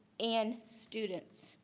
and students.